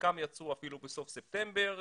חלקם יצאו אפילו בסוף ספטמבר,